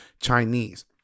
Chinese